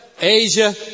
Asia